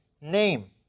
name